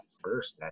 first